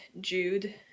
Jude